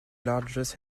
largest